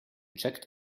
checked